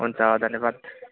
हुन्छ धन्यवाद